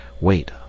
wait